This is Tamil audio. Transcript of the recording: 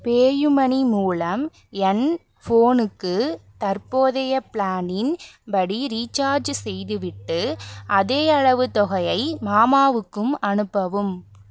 பேயூமனி மூலம் என் ஃபோனுக்கு தற்போதைய பிளானின் படி ரீசார்ஜ் செய்துவிட்டு அதேயளவு தொகையை மாமாவுக்கும் அனுப்பவும்